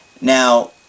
Now